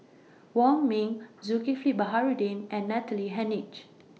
Wong Ming Zulkifli Baharudin and Natalie Hennedige